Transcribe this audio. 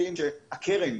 אבל הם